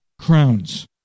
crowns